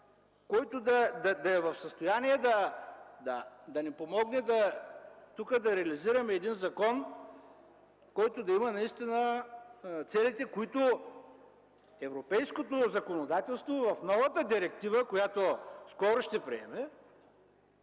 който да е в състояние да ни помогне тук да реализираме един закон, който да има наистина целите, които европейското законодателство и в новата директива, която скоро ще приеме,